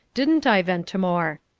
didn't i, ventimore?